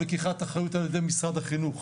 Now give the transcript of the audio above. לקיחת אחריות על ידי משרד החינוך,